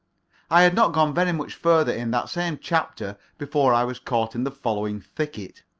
i had not gone very much further in that same chapter before i was caught in the following thicket